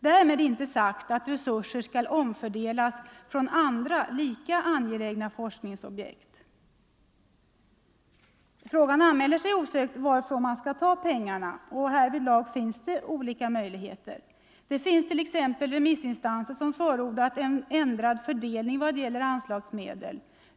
Därmed inte sagt att resurser skall omfördelas från andra lika angelägna forskningsobjekt. Frågan varifrån man skall ta pengarna anmäler sig osökt. Härvidlag finns det olika möjligheter. Det finns t.ex. remissinstanser som förordat en ändrad fördelning i vad gäller anslagsmedel.